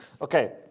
okay